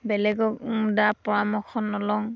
বেলেগক দা পৰামৰ্শ নলওঁ